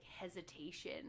hesitation